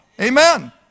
Amen